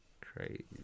Crazy